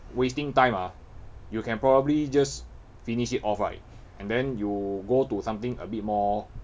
wasting time ah you can probably just finish it off right and then you go to something a bit more